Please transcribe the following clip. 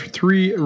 three